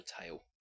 tail